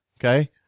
okay